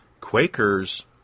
Quakers